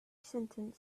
sentence